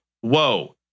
Whoa